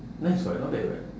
nice [what] not bad [what]